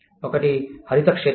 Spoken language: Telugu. ఒకటి హరిత క్షేత్రం